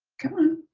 come on.